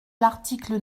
l’article